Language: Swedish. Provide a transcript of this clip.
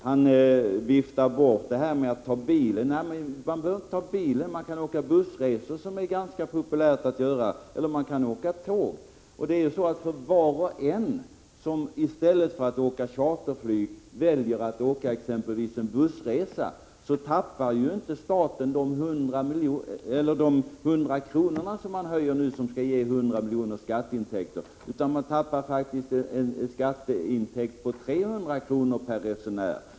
Han viftar bort det som sägs om att människor kanske tar bilen i stället. Man behöver inte ta bilen. Man kan åka med bussresor, som är ganska populärt att göra, eller åka tåg. För var och en som i stället för att åka charterflyg väljer exempelvis en bussresa tappar inte staten bara de 100 kr. som ni nu vill höja skatten med — som skulle ge 100 milj.kr. i skatteintäkt— utan staten förlorar faktiskt en skatteintäkt på 300 kr. per resenär.